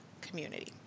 community